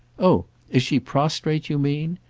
oh is she prostrate, you mean?